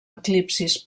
eclipsis